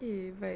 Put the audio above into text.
eh but